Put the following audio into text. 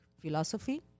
philosophy